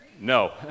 No